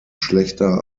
schlechter